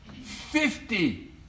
fifty